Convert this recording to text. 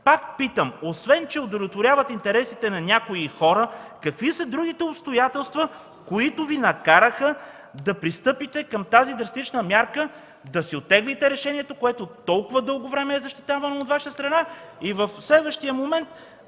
Пак питам: освен че удовлетворявате интересите на някои хора, какви са другите обстоятелства, които Ви накараха да пристъпите към тази драстична мярка – да си оттеглите решението, което толкова дълго време е защитавано от Ваша страна, и в следващия момент